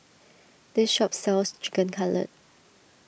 this shop sells Chicken Cutlet